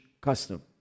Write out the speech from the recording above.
custom